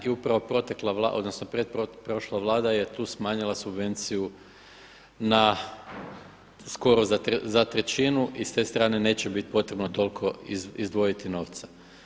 I upravo protekla, odnosno pretprošla Vlada je tu smanjila subvenciju na skoro za trećinu i s te strane neće bit potrebno izdvojiti novca.